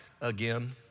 again